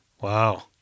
Wow